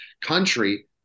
country